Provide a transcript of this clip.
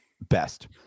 best